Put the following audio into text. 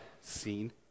scene